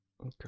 Okay